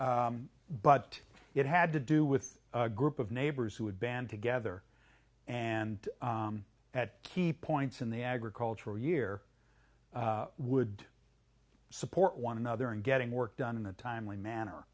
but it had to do with a group of neighbors who had band together and at key points in the agricultural year would support one another in getting work done in a timely manner